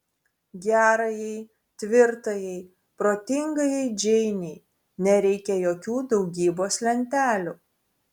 gerajai tvirtajai protingajai džeinei nereikia jokių daugybos lentelių